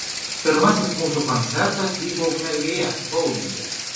pirmasis mūsų koncertas vyko ukmergėje boulinge